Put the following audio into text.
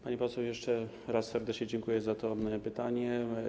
Pani poseł, jeszcze raz serdecznie dziękuję za to pytanie.